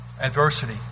adversity